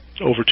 over